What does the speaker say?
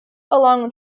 along